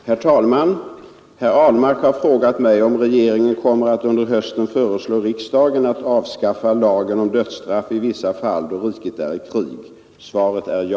Herr talman! Herr Ahlmark har frågat mig om regeringen kommer att under hösten föreslå riksdagen att avskaffa lagen om dödsstraff i vissa fall då riket är i krig. Svaret är ja.